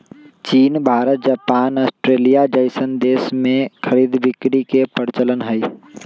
चीन Bharat Japan Australia जइसन देश में खरीद बिक्री के परचलन हई